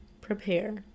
prepare